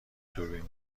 دوربین